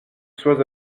soit